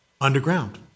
underground